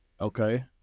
Okay